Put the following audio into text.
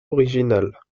originale